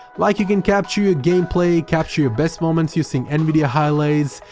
like you can capture your gameplay, capture your best moments using nvidia highlights,